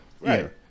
right